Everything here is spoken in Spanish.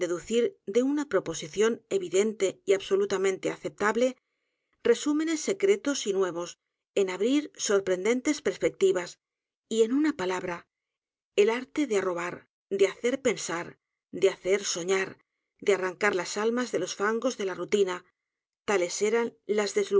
o p o sición evidente y absolutamente aceptable resúmenes secretos y nuevos en abrir sorprendentes perspectivas y en una palabra el arte de arrobar de hacer pensar de hacer soñar de a r r a n c a r las almas de los fangos d e la rutina tales eran las